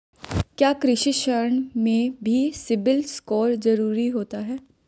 क्या कृषि ऋण में भी सिबिल स्कोर जरूरी होता है?